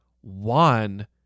one